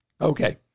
Okay